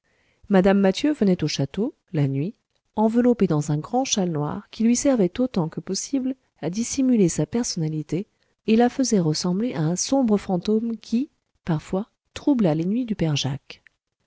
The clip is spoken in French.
mme mathieu venait au château la nuit enveloppée dans un grand châle noir qui lui servait autant que possible à dissimuler sa personnalité et la faisait ressembler au sombre fantôme qui parfois troubla les nuits du père jacques